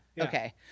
okay